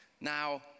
now